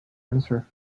answer